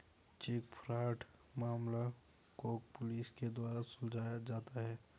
check fraud मामलों को police के द्वारा सुलझाया जाता है